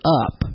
up